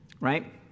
Right